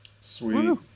Sweet